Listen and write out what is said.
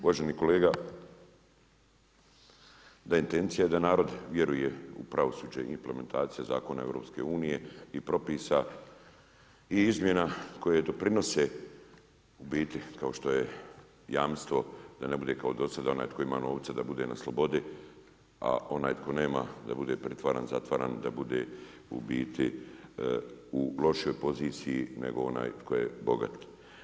Uvaženi kolega, da, je intencija da narod vjeruje u pravosuđe i implementacija zakona EU-a i propisa, i izmjena koje doprinose u biti kao što je jamstvo da ne bude kao dosada onaj tko ima novca, da bude na slobodi, a ona j tko nema da bude pritvaran, zatvaran, da bude u biti u lošijoj poziciji nego onaj tko je bogat.